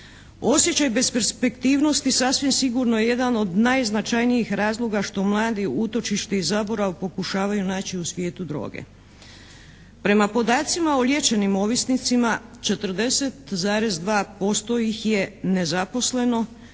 Osjećaj besperspektivnosti sasvim sigurno je jedan od najznačajnijih razloga što mladi utočište i zaborav pokušavaju naći u svijetu droge. Prema podacima o liječenim ovisnicima 40,2% ih je nezaposleno